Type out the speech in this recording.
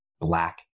black